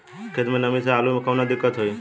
खेत मे नमी स आलू मे कऊनो दिक्कत होई?